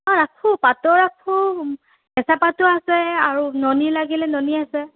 অঁ ৰাখোঁ পাটৰ ৰাখোঁ কেঁচা পাটো আছে আৰু ননী লাগিলে ননী আছে